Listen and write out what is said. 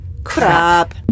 Crap